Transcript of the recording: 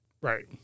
Right